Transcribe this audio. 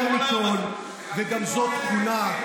יותר מכול, וגם זאת תכונה,